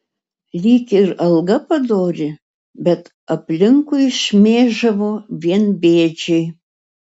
lyg ir alga padori bet aplinkui šmėžavo vien bėdžiai